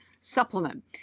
supplement